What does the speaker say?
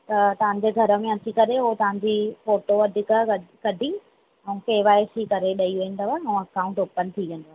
त तव्हांजे घर में अची करे हो तव्हां जी फोटो कढी सॼी के वाई सी करे ॾेई वेंदव ऐं अकाउंट ओपन थी वेंदव